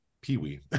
Pee-wee